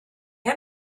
you